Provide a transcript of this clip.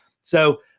So-